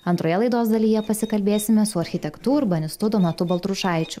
antroje laidos dalyje pasikalbėsime su architektu urbanistu donatu baltrušaičiu